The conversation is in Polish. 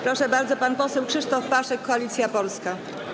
Proszę bardzo, pan poseł Krzysztof Paszyk, Koalicja Polska.